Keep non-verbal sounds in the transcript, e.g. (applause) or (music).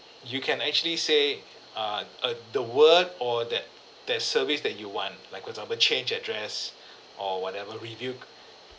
you can actually say err uh the word or that that service that you want like for example change address (breath) or whatever reviewed (breath)